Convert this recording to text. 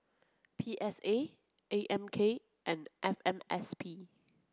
P S A A M K and F M S P